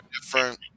different